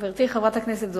חברתי חברת הכנסת זוארץ,